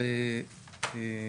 בוודאי.